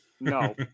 no